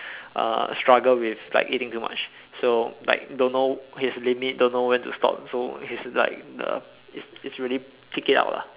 uh struggle with like eating too much so like don't know his limit don't know when to stop so he's like the it's it's really pig it out lah